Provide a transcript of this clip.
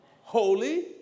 holy